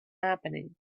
happening